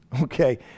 Okay